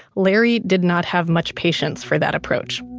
larry did not have much patience for that approach.